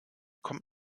kommt